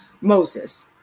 Moses